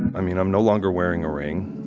i mean, i'm no longer wearing a ring.